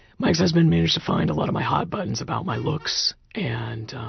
my ex-husband managed to find a lot of my hot buttons about my looks and